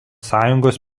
sąjungos